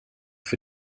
für